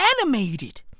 animated